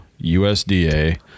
USDA